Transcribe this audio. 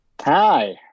Hi